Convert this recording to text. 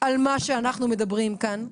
על מה שאנחנו מדברים כאן,